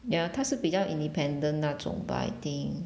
ya 他是比较 independent 那种 bah I think